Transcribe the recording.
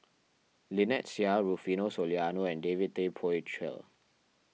Lynnette Seah Rufino Soliano and David Tay Poey Cher